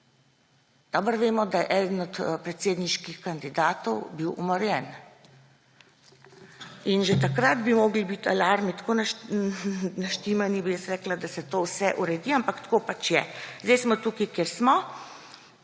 Dobro vemo, da je eden od predsedniških kandidatov bil umorjen. Že takrat bi morali biti alarmi tako naštimani, bi jaz rekla, da se to vse uredi, ampak tako pač je. Zdaj smo tukaj, kjer smo.